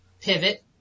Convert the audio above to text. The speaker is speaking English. pivot